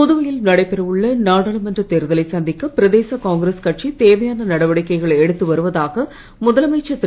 புதுவையில் நடைபெற உள்ள நாடாளுமன்றத் தேர்தலை சந்திக்க பிரதேச காங்கிரஸ் கட்சி தேவையான நடவடிக்கைகளை எடுத்து முதலமைச்சர் திரு